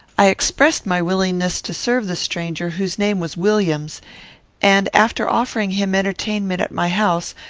i expressed my willingness to serve the stranger, whose name was williams and, after offering him entertainment at my house,